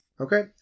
Okay